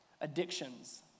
Addictions